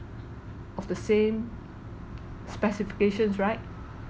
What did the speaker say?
of the same specifications right